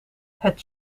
het